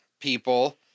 people